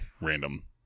random